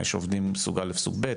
מה יש עובדים סוג א', סוג ב'?